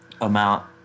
amount